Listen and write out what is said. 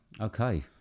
Okay